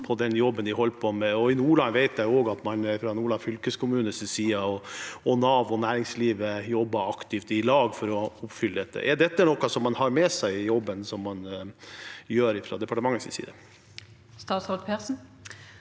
I Nordland vet jeg også at man fra Nordlands fylkeskommunes, Navs og næringslivets side jobber aktivt i lag for å oppfylle dette. Er dette noe man har med seg i jobben man gjør fra departementets side?